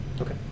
Okay